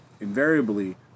invariably